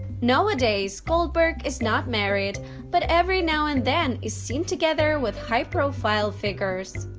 nowadays, goldberg is not married but every now and then is seen together with high-profile figures.